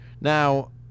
Now